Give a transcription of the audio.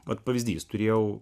vat pavyzdys turėjau